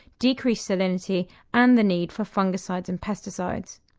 decreased salinity and the need for fungicides and pesticides.